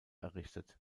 errichtet